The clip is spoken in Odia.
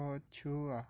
ପଛୁଆ